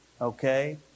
Okay